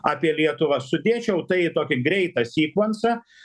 apie lietuvą sudėčiau tai į tokį greitą sykvonsą